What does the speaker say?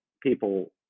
people